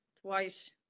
twice